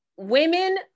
women